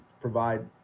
provide